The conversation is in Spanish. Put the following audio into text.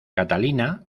catalina